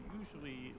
usually